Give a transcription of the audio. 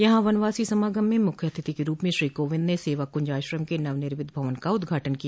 यहां वनवासी समागम में मुख्य अतिथि के रूप में श्री कोविंद ने सेवा कुंज आश्रम के नव निर्मित भवन का उद्घाटन किया